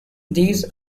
these